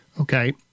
okay